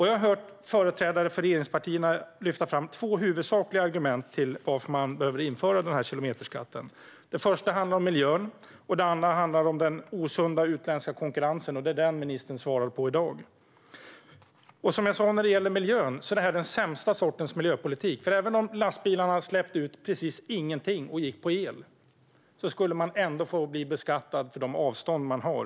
Jag har hört företrädare för regeringspartierna lyfta fram två huvudsakliga argument för varför man behöver införa den här kilometerskatten. Det första handlar om miljön. Det andra handlar om den osunda utländska konkurrensen, och det är den ministern tar upp i sitt interpellationssvar i dag. När det gäller miljöargumentet kan jag säga att det här är den sämsta sortens miljöpolitik, för även om lastbilarna släppte ut precis ingenting och gick på el skulle man ändå bli beskattad för de avstånd man har.